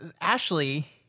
Ashley